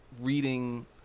reading